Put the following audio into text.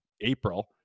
April